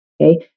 Okay